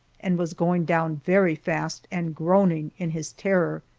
and was going down very fast and groaning in his terror.